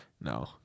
No